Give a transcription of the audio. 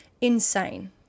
insane